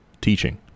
teaching